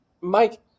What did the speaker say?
Mike